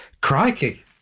Crikey